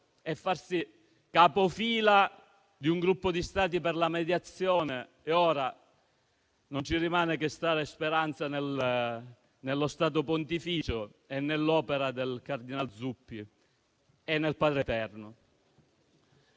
facendosi capofila di un gruppo di Stati per la mediazione. Ora non ci rimane che riporre speranza nello Stato Pontificio, nell'opera del cardinal Zuppi e nel Padreterno.